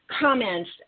comments